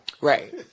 Right